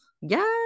Yes